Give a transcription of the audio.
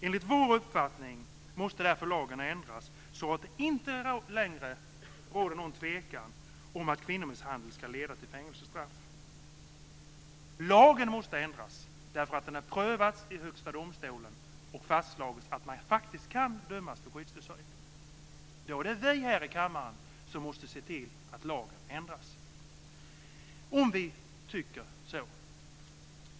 Enligt vår uppfattning måste därför lagen ändras så att det inte längre råder någon tvekan om att kvinnomisshandel ska leda till fängelsestraff. Lagen måste ändras därför att den är prövad i Högsta domstolen där det har fastslagits att man faktiskt kan dömas till skyddstillsyn. Då är det vi här i kammaren som måste se till att lagen ändras, om vi tycker så.